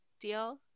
deal